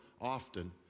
often